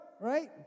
right